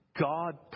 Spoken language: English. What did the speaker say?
God